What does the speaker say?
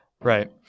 Right